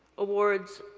awards,